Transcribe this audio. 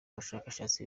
bashakashatsi